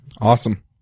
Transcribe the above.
Awesome